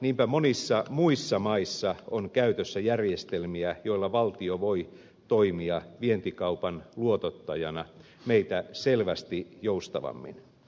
niinpä monissa muissa maissa on käytössä järjestelmiä joilla valtio voi toimia vientikaupan luotottajana meitä selvästi joustavammin